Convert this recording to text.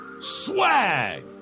swag